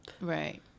Right